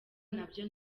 nabyo